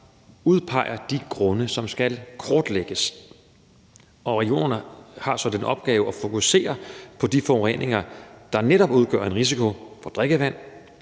udpeger de grunde, som skal kortlægges. Og regionerne har så den opgave at fokusere på de forureninger, der netop udgør en risiko for drikkevandet,